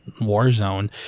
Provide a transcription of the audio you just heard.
Warzone